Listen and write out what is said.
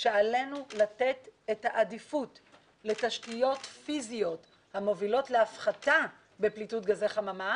שעלינו לתת את העדיפות לתשתיות פיזיות המובילות להפחתה בפליטות גזי חממה